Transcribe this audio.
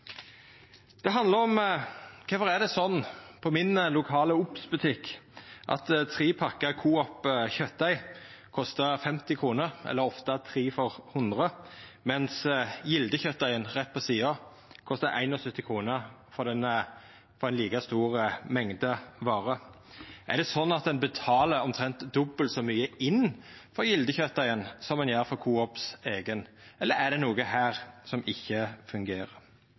Det handlar om kvifor det er slik på min lokale Obs-butikk at tre pakker Coop-kjøtdeig kostar 50 kr, eller ofte tre for 100 kr, medan Gilde-kjøtdeigen rett ved sida av kostar 71 kr for ei like stor mengde vare. Er det slik at ein betaler omtrent dobbelt så mykje inn for Gilde-kjøtdeigen som ein gjer for Coop sin eigen, eller er det noko her som ikkje fungerer?